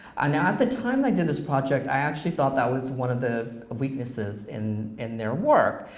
and at the time i did this project i actually thought that was one of the weaknesses in in their work,